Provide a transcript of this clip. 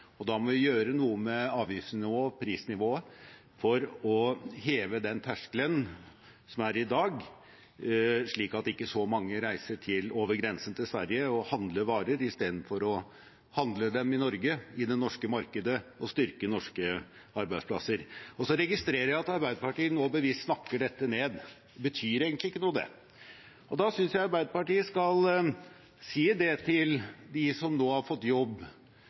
og da må vi gjøre noe med avgiftsnivået og prisnivået for å heve den terskelen som er i dag, slik at ikke så mange reiser over grensen til Sverige og handler varer istedenfor å handle dem i Norge, i det norske markedet, og styrke norske arbeidsplasser. Så registrerer jeg at Arbeiderpartiet nå bevisst snakker dette ned, dette betyr egentlig ikke noe. Da synes jeg Arbeiderpartiet skal si det til dem som nå har fått jobb